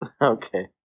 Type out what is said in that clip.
Okay